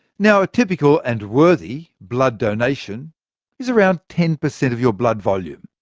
now a typical and worthy blood donation is around ten per cent of your blood volume.